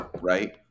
right